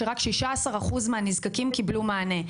שרק 16% מהנזקקים קיבלו מענה.